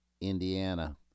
Indiana